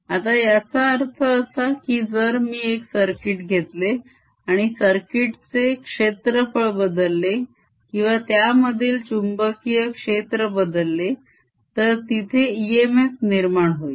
आता याचा अर्थ असा की जर मी एक सर्किट घेतले आणि सर्किट चे क्षेत्रफळ बदलले किंवा त्यामधील चुंबकीय क्षेत्र बदलले तर तिथे इएमएफ निर्माण होईल